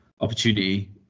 opportunity